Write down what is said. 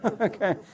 Okay